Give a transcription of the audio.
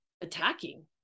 attacking